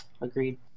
Agreed